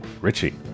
richie